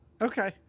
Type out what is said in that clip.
Okay